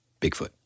Bigfoot